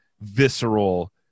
visceral